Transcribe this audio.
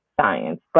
science